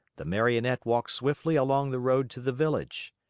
the marionette walked swiftly along the road to the village.